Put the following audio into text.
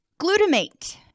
Glutamate